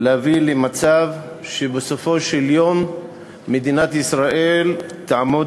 להביא למצב שבסופו של דבר מדינת ישראל תעמוד